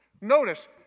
Notice